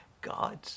God